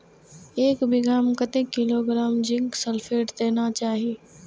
एक बिघा में कतेक किलोग्राम जिंक सल्फेट देना चाही?